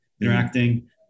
interacting